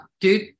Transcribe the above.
dude